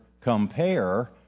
compare